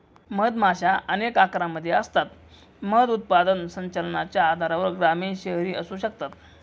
मधमाशा अनेक आकारांमध्ये असतात, मध उत्पादन संचलनाच्या आधारावर ग्रामीण, शहरी असू शकतात